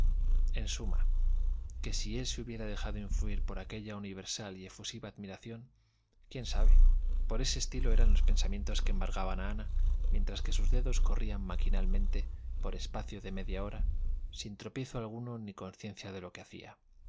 en suma que si él se hubiera dejado influir por aquella universal y efusiva admiración quién sabe por ese estilo eran los pensamientos que embargaban a ana mientras que sus dedos corrían maquinalmente por espacio de media hora sin tropiezo alguno ni consciencia de lo que hacía